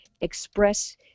express